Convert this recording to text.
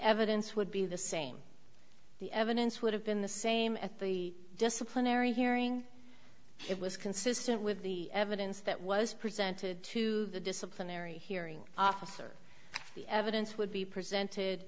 evidence would be the same the evidence would have been the same at the disciplinary hearing it was consistent with the evidence that was presented to the disciplinary hearing officer the evidence would be presented